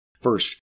First